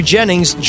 Jennings